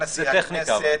הכנסת,